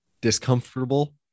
Discomfortable